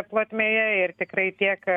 plotmėje ir tikrai tiek